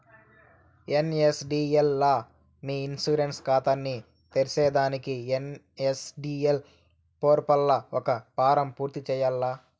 NSDL లా మీ insurance కాతాని తెర్సేదానికి ఎన్.ఎస్.డి.ఎల్ పోర్పల్ల ఒక ఫారం పూర్తి చేయాల్ల